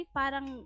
parang